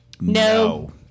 No